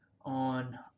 on